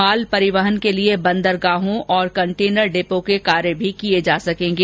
माल परिंवहन के लिए बंदरगाहों और कंटेनर डिपो के कार्य भी किये जा सकेंगे